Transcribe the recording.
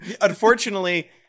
Unfortunately